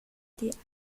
théâtre